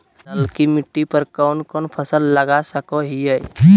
ललकी मिट्टी पर कोन कोन फसल लगा सकय हियय?